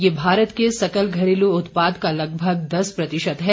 यह भारत के सकल घरेलू उत्पाद का लगभग दस प्रतिशत है